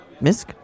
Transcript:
Misk